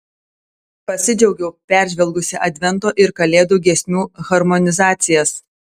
pasidžiaugiau peržvelgusi advento ir kalėdų giesmių harmonizacijas